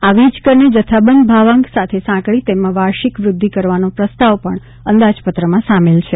આ વીજકરને જથ્થાબંદ ભાવાંક સાથે સાંકળી તેમાં વાર્ષિક વૃદ્ધિ કરવાનો પ્રસ્તાવ પણ અંદાજપત્રમાં સામેલ છે